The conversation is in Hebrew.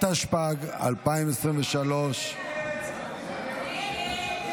זה ניסיון ניהולי רלוונטי,